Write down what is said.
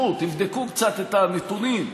תרשמו, תבדקו קצת את הנתונים,